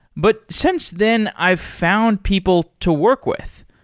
but since then, i've found people to work with,